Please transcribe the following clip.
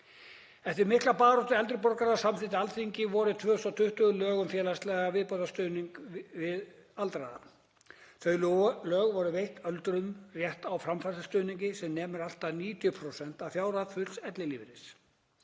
Eftir mikla baráttu eldri borgara samþykkti Alþingi vorið 2020 lög um félagslegan viðbótarstuðning við aldraða. Þau lög veita öldruðum rétt á framfærslustuðningi sem nemur allt að 90% af fjárhæð fulls ellilífeyris.